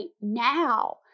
now